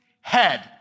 head